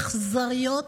האכזריות,